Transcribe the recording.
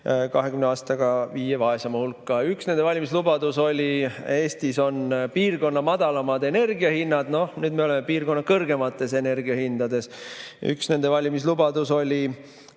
20 aastaga viie vaesema hulka. Üks nende valimislubadus oli see, et Eestis on piirkonna madalamad energiahinnad, noh, nüüd me oleme piirkonna kõrgemates energiahindades. Üks nende valimislubadus oli